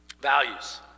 values